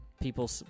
people